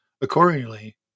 Accordingly